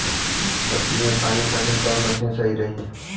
सब्जी में पानी खातिन कवन मशीन सही रही?